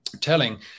telling